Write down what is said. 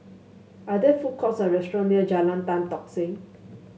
are there food courts or restaurant near Jalan Tan Tock Seng